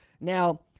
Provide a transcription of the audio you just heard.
Now